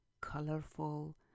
colorful